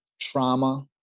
trauma